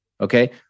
okay